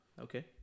Okay